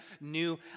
new